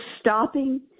stopping